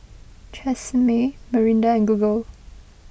Tresemme Mirinda and Google